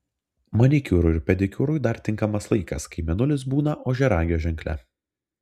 manikiūrui ir pedikiūrui dar tinkamas laikas kai mėnulis būna ožiaragio ženkle